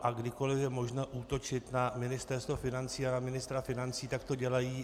A kdykoli je možno útočit na Ministerstvo financí a na ministra financí, tak to dělají.